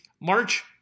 march